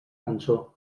cançó